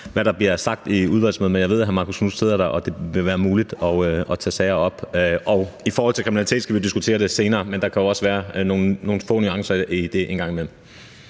hvad der bliver sagt i udvalgsmøder, men jeg ved, at hr. Marcus Knuth sidder der, og at det ville være muligt at tage sager op. Og i forhold til kriminalitet skal vi diskutere det senere, men der kan jo også være nogle få nuancer i det en gang imellem.